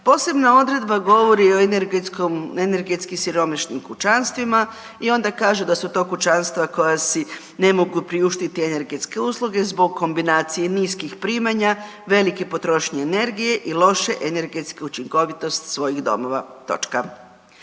Posebna odredba govori o energetski siromašnim kućanstvima i onda kaže da su to kućanstva koja si ne mogu priuštiti energetske usluge zbog kombinacijske niskih primanja, velike potrošnje energije i loše energetske učinkovitosti svojih domova.